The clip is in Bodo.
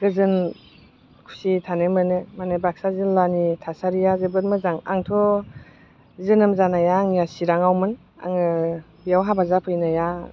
गोजोन खुसि थानो मोनो माने बाक्सा जिल्लानि थासारिया जोबोद मोजां आंथ' जोनोम जानाया आंनिया चिरांआवमोन आङो बेयाव हाबा जाफैनाया